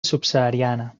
subsahariana